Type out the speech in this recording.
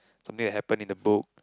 something that happened in the book